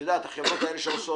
את יודעת, החברות האלה שחיים